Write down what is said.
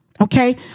Okay